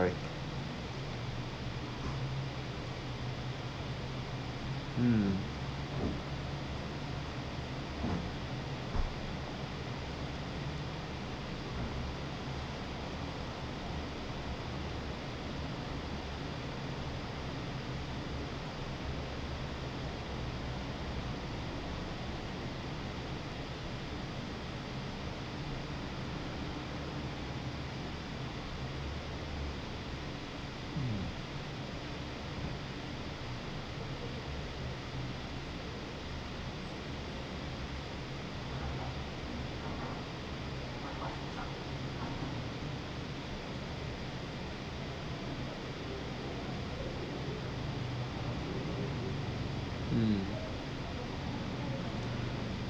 mm mm mm